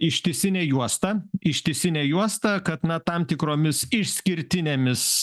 ištisine juosta ištisinė juosta kad na tam tikromis išskirtinėmis